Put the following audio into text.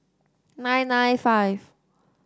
nine nine five